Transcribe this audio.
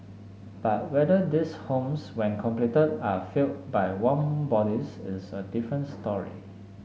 but whether these homes when completed are filled by warm bodies is a different story